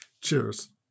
Cheers